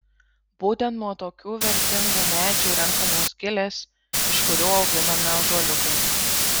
būtent nuo tokių vertingų medžių renkamos gilės iš kurių auginami ąžuoliukai